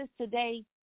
today